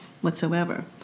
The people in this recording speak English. whatsoever